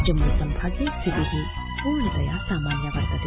जम्मू संभागे स्थिति पूर्णतया सामान्या वर्तते